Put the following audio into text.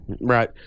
Right